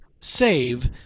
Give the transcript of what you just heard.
Save